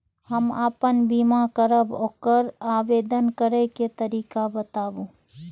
हम आपन बीमा करब ओकर आवेदन करै के तरीका बताबु?